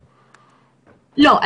לא.